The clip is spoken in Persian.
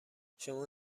شما